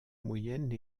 moyenne